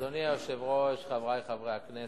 אדוני היושב-ראש, חברי חברי הכנסת,